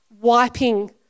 wiping